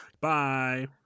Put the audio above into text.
Bye